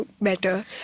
better